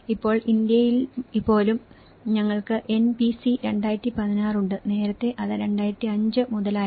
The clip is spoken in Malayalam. ഇപ്പോൾ ഇന്ത്യയിൽ പോലും ഞങ്ങൾക്ക് NBC 2016 ഉണ്ട് നേരത്തെ അത് 2005 മുതലായിരുന്നു